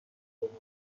ملاقات